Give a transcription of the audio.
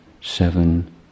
seven